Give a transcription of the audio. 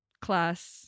class